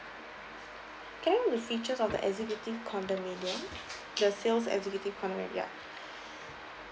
can you may pictures of the executive condominium the sales executive yeah